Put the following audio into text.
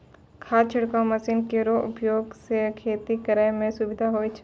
खाद छिड़काव मसीन केरो उपयोग सँ खेती करै म सुबिधा होय छै